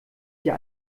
dir